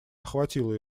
охватило